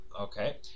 Okay